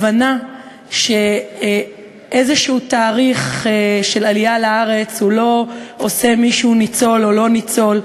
הבנה שאיזה תאריך של עלייה לארץ לא עושה מישהו ניצול או לא ניצול,